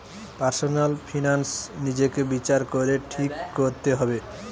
personal finance নিজেকে বিচার করে ঠিক কোরতে হবে